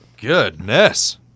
Goodness